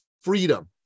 freedom